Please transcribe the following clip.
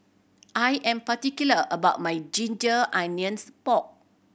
I am particular about my ginger onions pork